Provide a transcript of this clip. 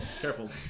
careful